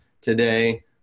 today